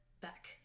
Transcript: back